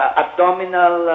abdominal